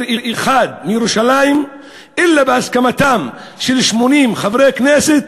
אחד מירושלים אלא בהסכמתם של 80 חברי כנסת,